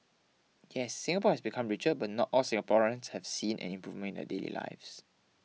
yes Singapore has become richer but not all Singaporeans have seen an improvement in their daily lives